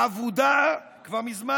האבודה כבר מזמן?